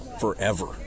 forever